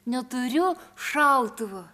neturiu šautuvo